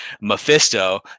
Mephisto